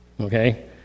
Okay